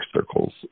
circles